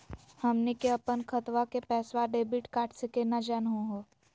हमनी के अपन खतवा के पैसवा डेबिट कार्ड से केना जानहु हो?